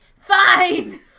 fine